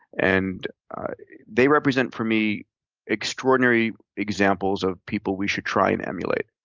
and they represent for me extraordinary examples of people we should try and emulate.